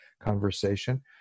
conversation